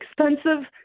expensive